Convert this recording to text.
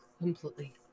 completely